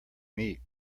meat